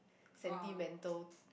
sentimental